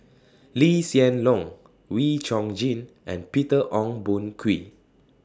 Lee Hsien Loong Wee Chong Jin and Peter Ong Boon Kwee